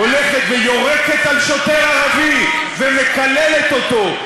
הולכת ויורקת על שוטר ערבי ומקללת אותו,